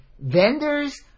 vendors